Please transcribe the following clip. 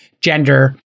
gender